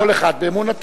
כל אחד באמונתו.